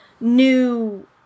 new